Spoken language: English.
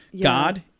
God